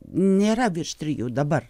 nėra virš trijų dabar